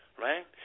right